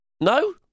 No